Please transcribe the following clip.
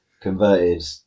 converted